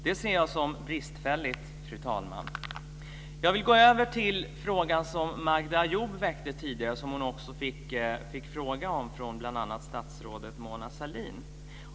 Det ser jag som bristfälligt, fru talman. Jag vill gå över till något som Magda Ayoub tog upp tidigare och som hon också fick frågor om från bl.a. statsrådet Mona Sahlin.